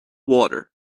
water